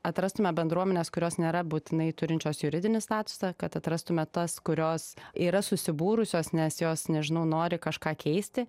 atrastume bendruomenes kurios nėra būtinai turinčios juridinį statusą kad atrastume tas kurios yra susibūrusios nes jos nežinau nori kažką keisti